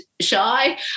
shy